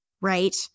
right